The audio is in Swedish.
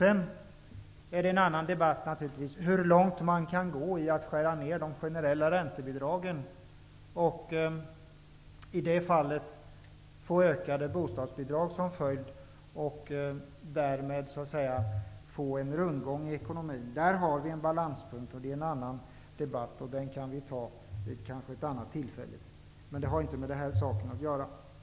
En annan fråga är naturligtvis hur långt man kan gå i att skära ner de generella räntebidragen, med ökade bostadsbidrag som följd och därmed en rundgång i ekonomin. Där har vi en balanspunkt, men det är en annan debatt, som vi kanske kan ta vid ett annat tillfälle. Det har emellertid inte med den här saken att göra.